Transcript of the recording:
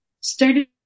started